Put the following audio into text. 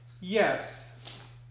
Yes